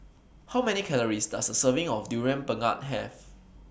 How Many Calories Does A Serving of Durian Pengat Have